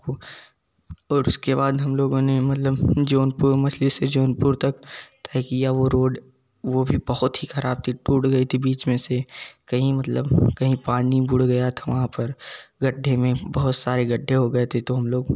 और उसके बाद हम लोगों ने मतलब जौनपुर मछली से जौनपुर तक तय किया वह रोड वह भी बहुत ही खराब थी टूट गई थी बीच में से कहीं मतलब कहीं पानी बुढ़ गया था वहाँ पर गड्ढे में बहुत सारे गड्ढे हो गए थे तो हम लोग